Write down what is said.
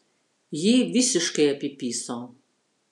jį visiškai apipiso